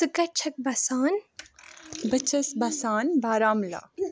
ژٕ کَتہِ چھکھ بَسان بہٕ چھَس بَسان بارہمولہ